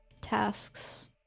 tasks